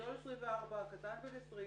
הגדול 24, הקטן בן 20,